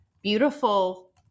beautiful